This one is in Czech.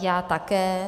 Já také.